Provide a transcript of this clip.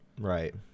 right